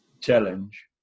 challenge